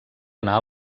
anar